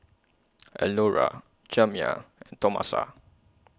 Elnora Jamya Tomasa